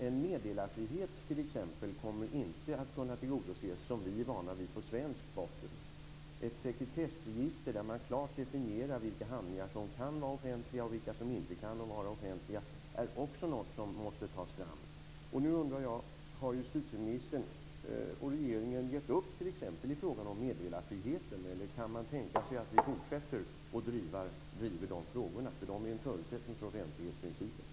En meddelarfrihet kommer t.ex. inte att kunna tillgodoses såsom vi är vana vid på svensk botten. Ett sekretessregister där man klart definierar vilka handlingar som kan vara offentliga och vilka som inte kan vara offentliga är också något som måste tas fram. Nu undrar jag om justitieministern och regeringen har gett upp i fråga om t.ex. meddelarfriheten. Eller kan man tänka sig att vi fortsätter att driva dessa frågor? De är ju en förutsättning för offentlighetsprincipen.